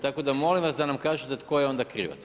Tako da molim vas da nam kažete tko je onda krivac?